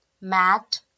MAT